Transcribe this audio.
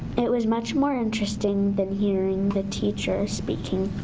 it was much more interesting than hearing the teacher speaking.